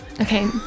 okay